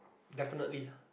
definitely